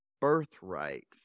birthright